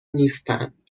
نیستند